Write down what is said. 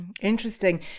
Interesting